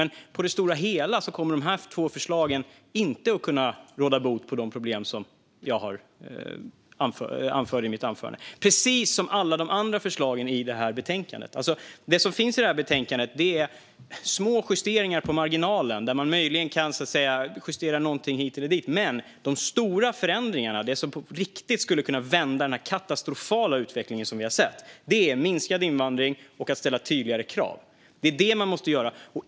Men på det stora hela kommer de två förslagen inte att kunna råda bot på de problem som jag återgav i mitt anförande. Detsamma gäller alla de andra förslagen i betänkandet. Det som finns i betänkandet är små justeringar på marginalen. Man kan möjligen justera någonting hit eller dit. Men de stora förändringarna, det som på riktigt skulle kunna vända den katastrofala utveckling som vi har sett, är minskad invandring och tydligare krav. Det är det man måste göra.